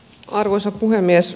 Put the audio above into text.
arvoisa puhemies